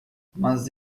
mas